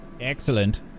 Excellent